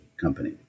company